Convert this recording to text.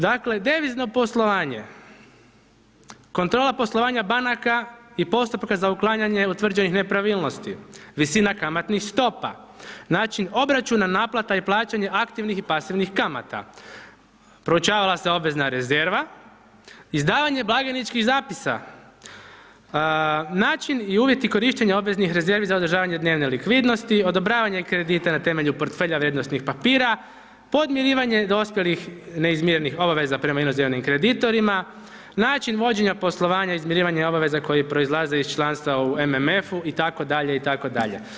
Dakle, devizno poslovanje, kontrola poslovanja banaka i postupaka za uklanjanje utvrđenih nepravilnosti, visina kamatnih stopa, način obračuna, naplata i plaćanja aktivnih i pasivnih kamata, proučavala se obvezna rezerva, izdavanje blagajničkih zapisa, način i uvjeti korištenja obveznih rezervi za održavanje dnevne likvidnosti, odobravanje kredita na temelju porfelja vrijednosnih papira, podmirivanje dospjelih neizmirenih obaveza prema inozemnim kreditorima, način vođenja poslovanja izmirivanje obaveza koje proizlaze u članstva u MMF-u itd., itd.